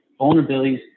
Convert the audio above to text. vulnerabilities